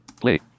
Play